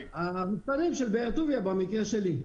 המפעלים של באר טוביה במקרה שלי.